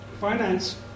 finance